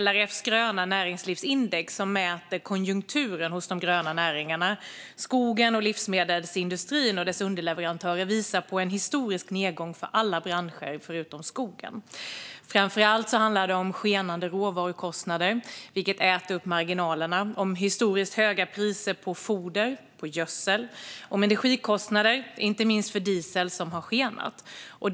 LRF:s gröna näringslivsindex, som mäter konjunkturen hos de gröna näringarna, skogen och livsmedelsindustrin och dess underleverantörer, visar på en historisk nedgång för alla branscher förutom skogen. Framför allt handlar det om skenande råvarukostnader, som äter upp marginalerna. Det handlar om historiskt höga priser på foder och på gödsel. Och det handlar om energikostnader, inte minst för diesel, som har skenat.